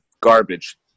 garbage